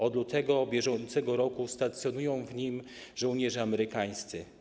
Od lutego br. stacjonują w nim żołnierze amerykańscy.